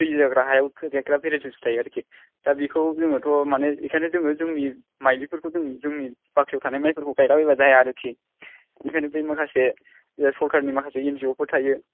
दै जाग्रा हायाव गायग्रा भेरायटिस थायो आरोखि दा बेखौ जोङोथ' माने एखायनो जोङो जोंनि मायलिफोरखौ जोंनि बागसुआव थानाय मायलिफोरखौ गायला बायबा जाया आरोखि ओंखायनो बै माखासे जे सरखारनि माखासे एन जि अ फोर थायो